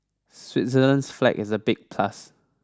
Switzerland's flag is a big plus